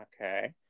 Okay